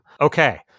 Okay